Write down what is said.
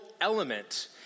element